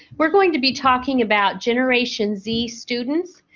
we're going to be talking about generation z students.